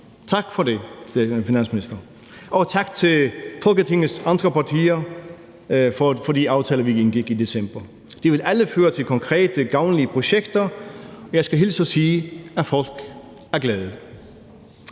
Tak for det, finansminister, og tak til Folketingets andre partier for de aftaler, vi indgik i december. De vil alle føre til konkrete, gavnlige projekter, og jeg skal hilse at sige, at folk er glade.